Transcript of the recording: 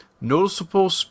noticeable